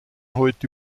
heute